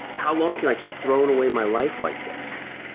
how long can i keep throwing away my life like this?